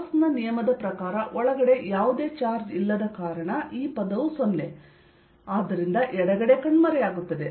Gauss ನ ನಿಯಮದ ಪ್ರಕಾರ ಒಳಗಡೆ ಯಾವುದೇ ಚಾರ್ಜ್ ಇಲ್ಲದ ಕಾರಣ ಈ ಪದವು 0 ಮತ್ತು ಆದ್ದರಿಂದ ಎಡಗಡೆ ಕಣ್ಮರೆಯಾಗುತ್ತದೆ